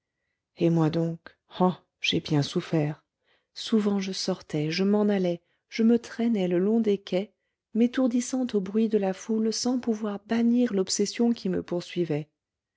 et moi donc oh j'ai bien souffert souvent je sortais je m'en allais je me traînais le long des quais m'étourdissant au bruit de la foule sans pouvoir bannir l'obsession qui me poursuivait